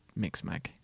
Mixmag